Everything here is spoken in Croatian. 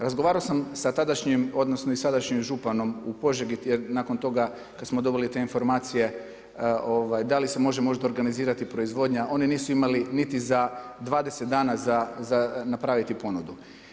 Razgovarao sam sa tadašnjim odnosno i sadašnjim županom u Požegi jer nakon toga kada smo dobili te informacije da li se može možda organizirati proizvodnja, oni nisu imali niti za 20 dana za napraviti ponudu.